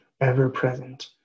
ever-present